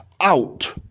out